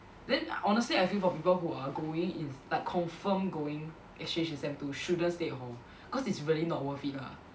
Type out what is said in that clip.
then honestly I feel for people who are going is like confirm going exchange in sem two shouldn't stay at hall cause it's really not worth it lah